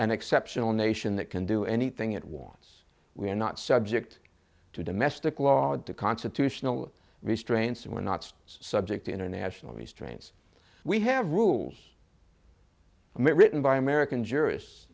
an exceptional nation that can do anything it wants we're not subject to domestic law to constitutional restraints and we're not subject to international restraints we have rules written by american ju